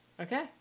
okay